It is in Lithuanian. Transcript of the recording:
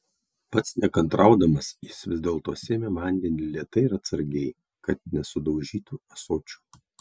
pats nekantraudamas jis vis dėlto sėmė vandenį lėtai ir atsargiai kad nesudaužytų ąsočio